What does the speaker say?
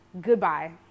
Goodbye